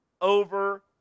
over